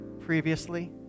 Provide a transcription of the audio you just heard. previously